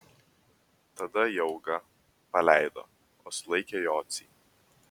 tada jaugą paleido o sulaikė jocį